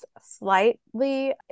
slightly